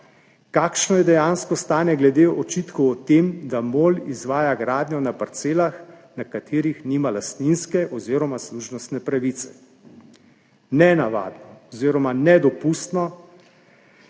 kakšno je dejansko stanje glede očitkov o tem, da MOL izvaja gradnjo na parcelah, na katerih nima lastninske oziroma služnostne pravice. Nenavadno oziroma nedopustno